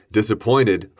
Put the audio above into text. disappointed